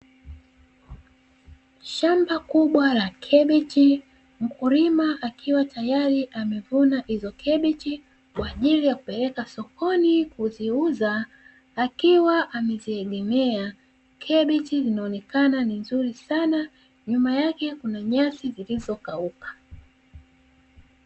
Shamba kubwa la kabichi, mkulima akiwa tayari amevuna hizo kabichi. Kwa ajili ya kupeleka sokoni kuziuza, akiwa ameziegemea kabichi zinaonekana ni nzuri sana, nyuma yake kuna nyasi zilizo kauka.